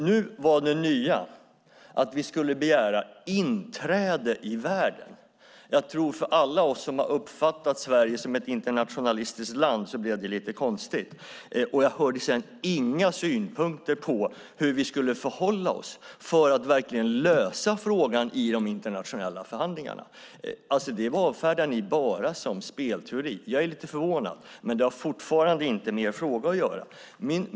Nu var det nya att vi skulle begära inträde i världen. För alla oss som har uppfattat Sverige som ett internationalistiskt land blev det lite konstigt. Jag hörde inga synpunkter på hur vi ska förhålla oss för att verkligen lösa frågan i de internationella förhandlingarna. Det avfärdar ni bara som spelteori. Jag är lite förvånad, men det har fortfarande inte med er fråga att göra.